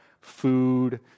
food